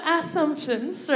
assumptions